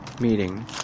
meeting